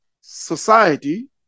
society